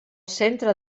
centre